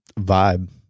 vibe